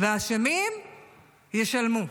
והאשמים ישלמו.